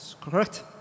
correct